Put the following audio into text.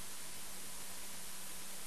בדאלית-אל-כרמל.